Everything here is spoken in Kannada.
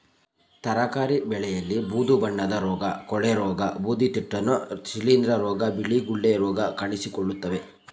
ತರಕಾರಿ ಬೆಳೆಯಲ್ಲಿ ಬೂದು ಬಣ್ಣದ ರೋಗ, ಕೊಳೆರೋಗ, ಬೂದಿತಿಟ್ಟುನ, ಶಿಲಿಂದ್ರ ರೋಗ, ಬಿಳಿ ಗುಳ್ಳೆ ರೋಗ ಕಾಣಿಸಿಕೊಳ್ಳುತ್ತವೆ